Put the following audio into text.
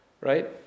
Right